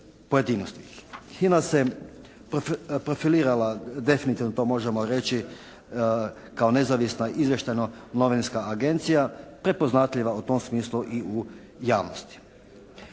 HINA se profilirala definitivno to možemo reći, kao nezavisna Izvještajna novinska agencija, prepoznatljiva u tom smislu i u javnosti.